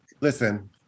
Listen